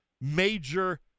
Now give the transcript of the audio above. major